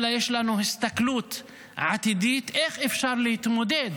אלא יש לנו הסתכלות עתידית איך אפשר להתמודד